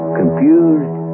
confused